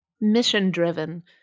Mission-driven